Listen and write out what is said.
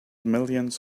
millions